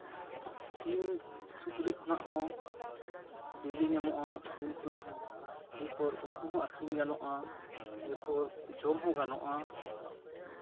ᱥᱤᱢ ᱥᱩᱠᱨᱤ ᱠᱷᱚᱱᱟᱜ ᱦᱚᱸ ᱵᱤᱞᱤ ᱧᱟᱢᱚᱜᱼᱟ ᱥᱤᱢ ᱠᱷᱚᱱᱟᱜ ᱦᱚᱸ ᱮᱨᱯᱚᱨ ᱩᱱᱠᱩ ᱦᱚᱸ ᱟᱹᱠᱷᱨᱤᱧ ᱜᱟᱱᱚᱜᱼᱟ ᱮᱨᱯᱚᱨ ᱡᱚᱢ ᱦᱚᱸ ᱜᱟᱱᱚᱜᱼᱟ